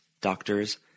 doctors